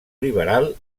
liberal